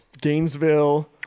Gainesville